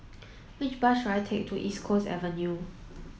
which bus should I take to East Coast Avenue